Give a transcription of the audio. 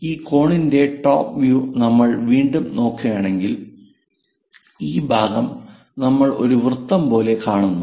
അതിനാൽ ഈ കോണിന്റെ ടോപ് വ്യൂ നമ്മൾ വീണ്ടും നോക്കുകയാണെങ്കിൽ ഈ ഭാഗം നമ്മൾ ഒരു വൃത്തം പോലെ കാണുന്നു